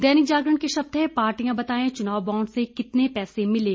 दैनिक जागरण के शब्द हैं पार्टियां बताएं चुनाव बांड से कितने पैसे मिले